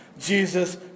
Jesus